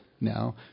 now